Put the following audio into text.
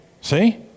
See